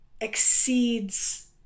exceeds